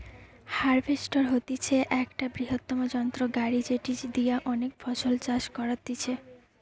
harvester হতিছে একটা বৃহত্তম যন্ত্র গাড়ি যেটি দিয়া অনেক ফসল চাষ করতিছে